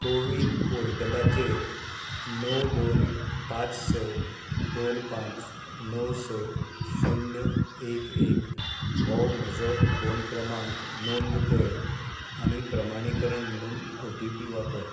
कोविन पोर्टलाचेर णव दोन पाच स दोन पाच णव स शुन्य एक एक हो म्हजो फोन क्रमांक नोंद कर आनी प्रमाणीकरण म्हुणून ओ टी पी वापर